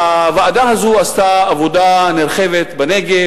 הוועדה הזאת עשתה עבודה נרחבת בנגב,